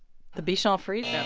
the bichon frise? yeah